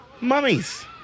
mummies